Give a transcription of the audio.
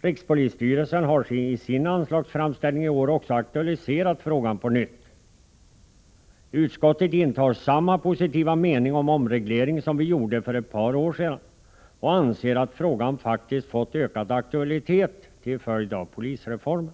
Rikspolisstyrelsen har i sin anslagsframställning i år också aktualiserat frågan på nytt. Utskottet intar samma positiva hållning i fråga om omreglering som det gjorde för ett par år sedan, och utskottet anser att frågan faktiskt har fått ökad aktualitet till följd av polisreformen.